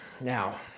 Now